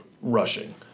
rushing